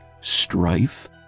strife